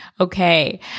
Okay